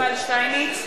(קוראת בשמות חברי הכנסת) יובל שטייניץ נגד.